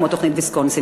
כמו תוכנית ויסקונסין.